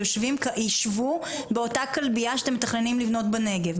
שיישבו באותה כלבייה שאתם מתכננים לבנות בנגב,